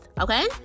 okay